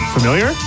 Familiar